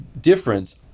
difference